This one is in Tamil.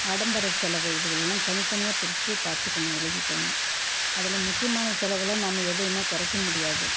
ஆடம்பர செலவு இதுவெல்லாம் தனித்தனியாக பிரிச்சுப் பார்த்துக்கணும் எழுதிக்கணும் அதில் முக்கியமான செலவில் நாம் எதையுமே குறைக்க முடியாது